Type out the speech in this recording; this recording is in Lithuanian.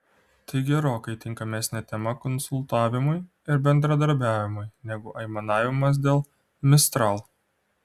tai gerokai tinkamesnė tema konsultavimui ir bendradarbiavimui negu aimanavimas dėl mistral